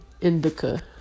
Indica